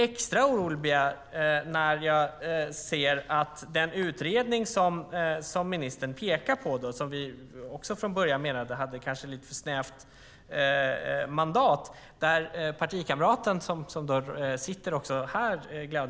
Extra orolig blir jag när jag ser att den utredning som ministern pekar på och som vi från början menade hade lite snävt mandat.